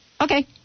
okay